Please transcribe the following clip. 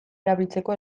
erabiltzeko